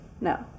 No